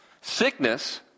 Sickness